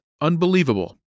unbelievable